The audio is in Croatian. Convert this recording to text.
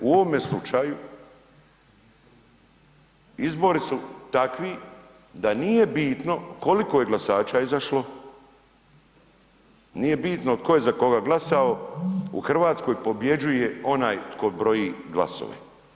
U ovome slučaju, izbori su takvi da nije bitno koliko je glasača izašlo, nije bitno tko je za koga glasao, u Hrvatskoj pobjeđuje onaj tko broji glasove.